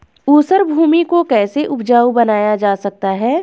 ऊसर भूमि को कैसे उपजाऊ बनाया जा सकता है?